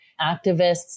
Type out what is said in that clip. activists